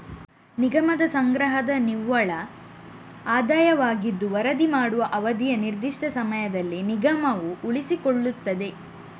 ನಿಗಮದ ಸಂಗ್ರಹದ ನಿವ್ವಳ ಆದಾಯವಾಗಿದ್ದು ವರದಿ ಮಾಡುವ ಅವಧಿಯ ನಿರ್ದಿಷ್ಟ ಸಮಯದಲ್ಲಿ ನಿಗಮವು ಉಳಿಸಿಕೊಳ್ಳುತ್ತದೆ